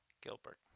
Gilbert